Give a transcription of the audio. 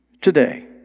Today